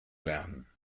lernen